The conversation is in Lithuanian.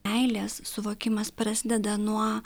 meilės suvokimas prasideda nuo